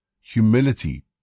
humility